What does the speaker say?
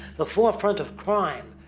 the forefront of crime.